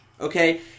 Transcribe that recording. Okay